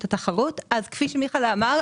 כפי שמיכאל אמר,